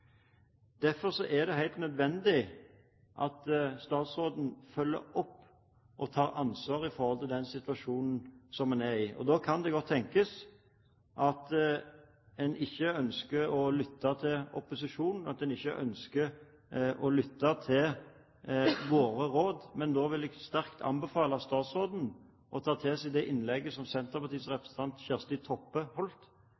Derfor er det helt nødvendig at statsråden følger opp og tar ansvar for den situasjonen som man er i. Da kan det godt tenkes at man ikke ønsker å lytte til opposisjonen, at man ikke ønsker å lytte til våre råd. Men da vil jeg sterkt anbefale statsråden å ta til seg det innlegget som Senterpartiets